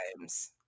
times